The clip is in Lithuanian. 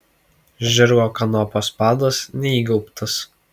žirgo kanopos padas neįgaubtas